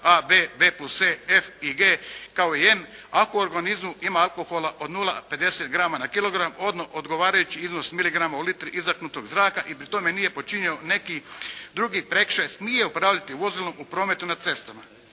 A2, AB, B+C, F i G kao i M ako u organizmu ima alkohola od 0,50 grama na kilogram odgovarajući iznos miligrama u litri izdahnutog zraka i pri tome nije počinio neki drugi prekršaj, smije upravljati vozilom u prometu na cestama.